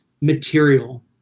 material